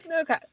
Okay